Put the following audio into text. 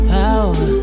power